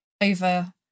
over